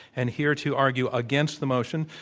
and here to argue against the motion,